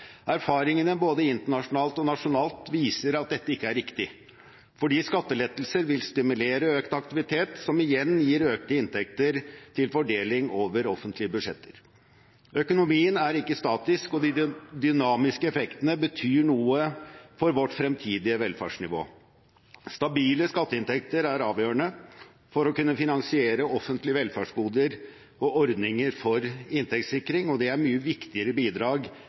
Erfaringene både internasjonalt og nasjonalt viser at dette ikke er riktig, fordi skattelettelser vil stimulere til økt aktivitet, som igjen gir økte inntekter til fordeling over offentlige budsjett. Økonomien er ikke statisk, og de dynamiske effektene betyr noe for vårt fremtidige velferdsnivå. Stabile skatteinntekter er avgjørende for å kunne finansiere offentlige velferdsgoder og ordninger for inntektssikring. Det er mye viktigere bidrag